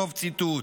סוף ציטוט,